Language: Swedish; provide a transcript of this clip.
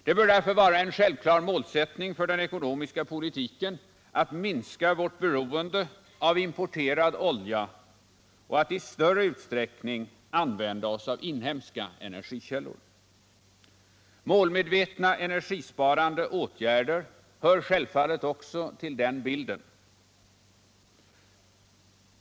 Det bör därför vara en självklar målsättning för den ekonomiska politiken att minska vårt beroende av importerad olja och i större utsträckning använda oss av inhemska energikällor. Målmedvetna energisparande åtgärder hör självfallet också till den bilden.